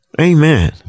Amen